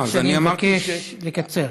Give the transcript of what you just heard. אז אני מבקש לקצר.